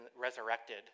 resurrected